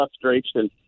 frustration